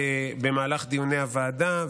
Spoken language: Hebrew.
במהלך דיוני הוועדה,